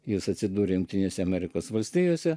jis atsidūrė jungtinėse amerikos valstijose